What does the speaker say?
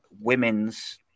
women's